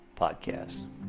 podcast